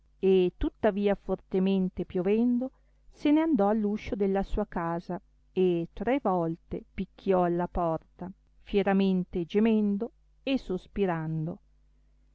e tuttavia fortemente piovendo se ne andò all uscio della sua casa e tre volte picchiò alla porta fieramente gemendo e sospirando